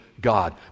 God